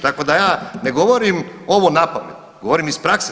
Tako da ja ne govorim ovo na pamet, govorim iz prakse.